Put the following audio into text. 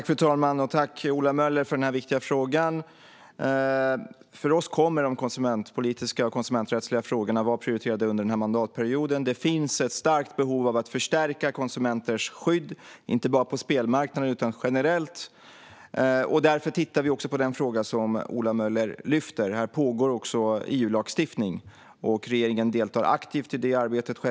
Fru talman! Tack, Ola Möller, för den här viktiga frågan! För oss kommer de konsumentpolitiska och konsumenträttsliga frågorna att vara prioriterade under mandatperioden. Det finns ett starkt behov av att förstärka konsumenters skydd, inte bara på spelmarknaden utan generellt. Därför tittar vi också på den fråga som Ola Möller lyfter. Här pågår också EU-lagstiftning, och regeringen deltar självklart aktivt i det arbetet.